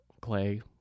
clay